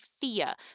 Thea